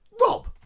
Rob